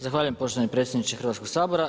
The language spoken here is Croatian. Zahvaljujem poštovani predsjedniče Hrvatskog sabora.